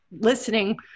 Listening